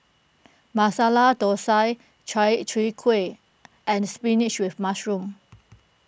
Masala Thosai Chai Kuih and Spinach with Mushroom